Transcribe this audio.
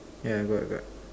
yeah got got